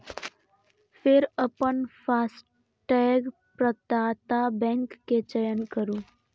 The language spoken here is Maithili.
फेर अपन फास्टैग प्रदाता बैंक के चयन करू